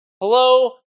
Hello